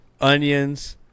Onions